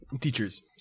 teachers